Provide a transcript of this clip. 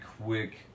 quick